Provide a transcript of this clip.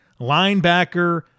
linebacker